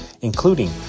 including